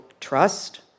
trust